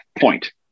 point